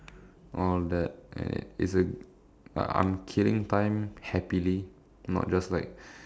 all that and it it's a like I'm killing time happily not just like